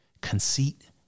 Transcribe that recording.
conceit